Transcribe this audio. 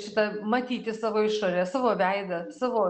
šita matyti savo išorę savo veidą savo